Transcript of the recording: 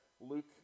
Luke